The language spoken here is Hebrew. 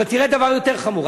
אבל תראה דבר יותר חמור.